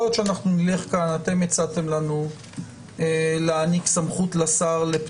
אתם הצעתם לנו להעניק סמכות לשר לתת